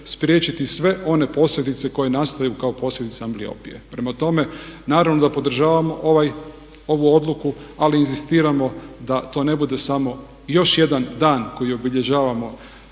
spriječiti sve one posljedice koje nastaju kao posljedice ambliopije. Prema tome, naravno da podržavamo ovu odluku ali inzistiramo da to ne bude samo još jedan dan koji obilježavamo